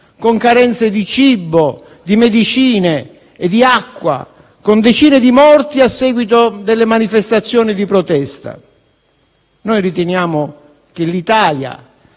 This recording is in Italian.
con carenze di cibo, di medicine e di acqua, con decine di morti a seguito delle manifestazioni di protesta. Riteniamo che a